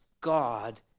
God